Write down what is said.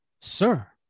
Sir